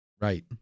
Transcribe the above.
right